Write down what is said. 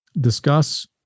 discuss